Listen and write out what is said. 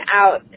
out